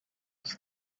its